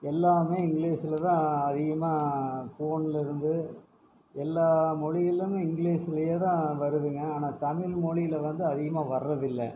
எல்லாமே இங்கிலீஷில்தான் அதிகமாக ஃபோனில்ருந்து எல்லா மொழியிலும் இங்கிலீஷ்லையே தான் வருதுங்க ஆனால் தமிழ் மொழியில வந்து அதிகமாக வரது இல்லை